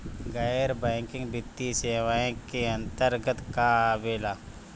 गैर बैंकिंग वित्तीय सेवाए के अन्तरगत का का आवेला?